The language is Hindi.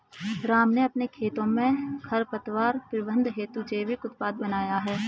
राम ने अपने खेतों में खरपतवार प्रबंधन हेतु जैविक उपाय अपनाया है